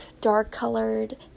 dark-colored